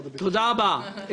תודה רבה.